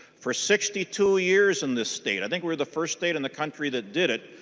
for sixty two years in the state. i think were the first date in the country that did it.